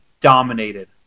dominated